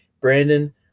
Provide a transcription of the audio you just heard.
Brandon